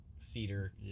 theater